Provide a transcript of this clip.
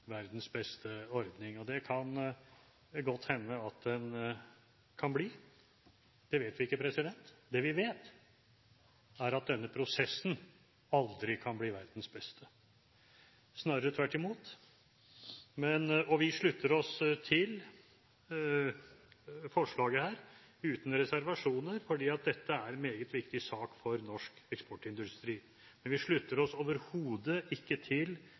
verdens beste ordning. Det kan godt hende at den kan bli det, det vet vi ikke. Det vi vet, er at denne prosessen aldri kan bli verdens beste, snarere tvert imot. Vi slutter oss til forslaget her uten reservasjoner, for dette er en meget viktig sak for norsk eksportindustri. Men vi slutter oss overhodet ikke til